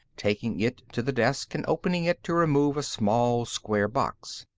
taking it to the desk and opening it to remove a small square box.